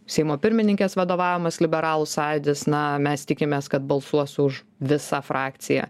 seimo pirmininkės vadovaujamas liberalų sąjūdis na mes tikimės kad balsuos už visa frakcija